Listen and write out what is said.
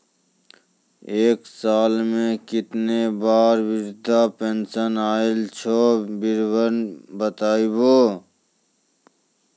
एक साल मे केतना बार वृद्धा पेंशन आयल छै विवरन बताबू?